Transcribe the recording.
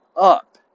up